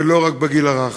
ולא רק בגיל הרך.